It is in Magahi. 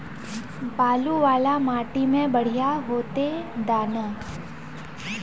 बालू वाला माटी में बढ़िया होते दाना?